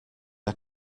are